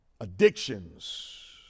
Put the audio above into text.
addictions